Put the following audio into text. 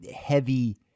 heavy